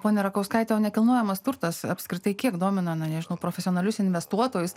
ponia rakauskaite nekilnojamas turtas apskritai kiek domina na nežinau profesionalius investuotojus